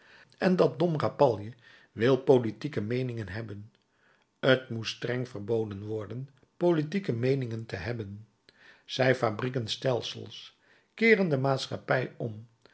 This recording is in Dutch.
en dat dom rapalje wil politieke meeningen hebben t moest streng verboden worden politieke meeningen te hebben zij fabrieken stelsels keeren de maatschappij om